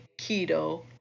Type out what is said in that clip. keto